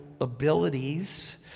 abilities